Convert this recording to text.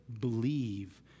believe